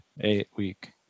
eight-week